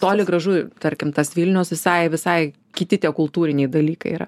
toli gražu tarkim tas vilnius visai visai kiti tie kultūriniai dalykai yra